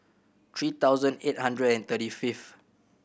three thousand eight hundred and thirty fifth